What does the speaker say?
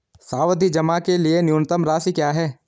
सावधि जमा के लिए न्यूनतम राशि क्या है?